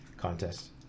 contest